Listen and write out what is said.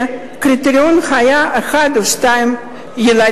שהקריטריון היה ילד אחד או שני ילדים,